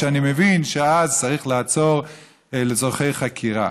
שאז אני מבין שצריך לעצור לצורכי חקירה.